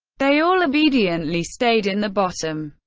they all obediently stayed in the bottom.